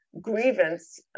Grievance